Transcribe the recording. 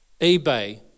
eBay